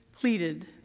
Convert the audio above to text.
pleaded